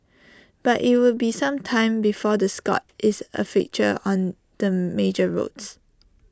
but IT will be some time before the Scot is A fixture on the major roads